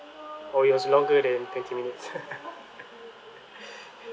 oh it was longer than twenty minutes